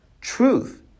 truth